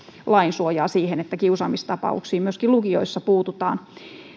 lain suojaa siihen että kiusaamistapauksiin myöskin lukioissa puututaan